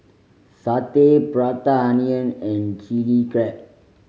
satay Prata Onion and Chili Crab